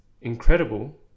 incredible